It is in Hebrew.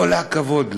כל הכבוד לו.